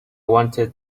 wanted